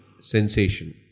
sensation